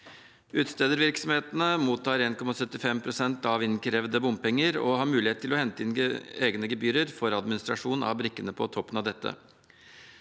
Utstedervirksomhetene mottar 1,75 pst. av innkrevde bompenger og har mulighet til å hente inn egne gebyrer for administrasjon av brikkene på toppen av dette.